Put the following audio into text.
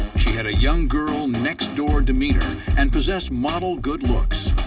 she had a young girl, next-door demeanor and possessed model good looks.